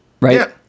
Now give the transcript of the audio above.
right